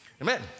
Amen